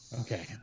Okay